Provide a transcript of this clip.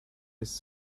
his